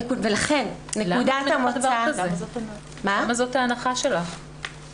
למה זאת ההנחה שלך?